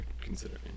considering